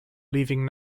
leaving